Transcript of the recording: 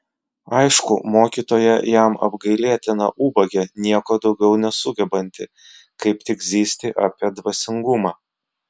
aišku mokytoja jam apgailėtina ubagė nieko daugiau nesugebanti kaip tik zyzti apie dvasingumą